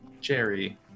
Jerry